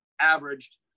averaged